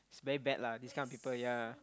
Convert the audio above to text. it's very bad lah this kind of people yea